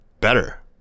better